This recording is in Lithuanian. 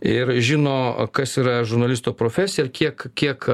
ir žino kas yra žurnalisto profesija ir kiek kiek